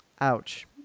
ouch